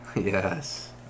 Yes